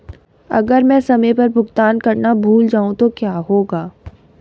अगर मैं समय पर भुगतान करना भूल जाऊं तो क्या होगा?